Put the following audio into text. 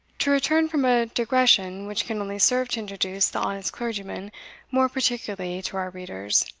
to return from a digression which can only serve to introduce the honest clergyman more particularly to our readers,